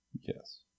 Yes